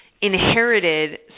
inherited